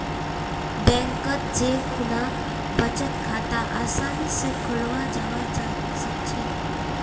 बैंकत जै खुना बचत खाता आसानी स खोलाल जाबा सखछेक